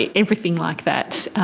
ah everything like that.